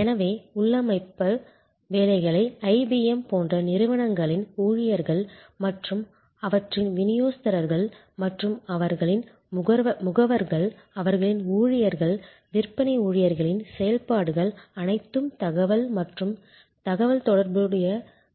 எனவே உள்ளமைவு வேலைகளை ஐபிஎம் போன்ற நிறுவனங்களின் ஊழியர்கள் மற்றும் அவற்றின் விநியோகஸ்தர்கள் மற்றும் அவர்களின் முகவர்கள் அவர்களின் ஊழியர்கள் விற்பனை ஊழியர்களின் செயல்பாடுகள் அனைத்தும் தகவல் மற்றும் தகவல் தொடர்பு